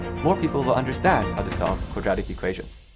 more people will understand how to solve quadratic equations.